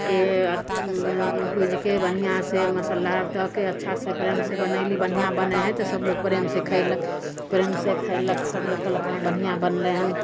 के भूजिके बढ़िऑं से मसल्ला दऽ के अच्छा से प्रेम से बनेली बढ़िऑं बनयै हइ तऽ सब लोग प्रेम से खैलक प्रेम से खैलक सब लोग कहलक हँ बढ़िऑं बनलै हन